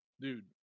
Dude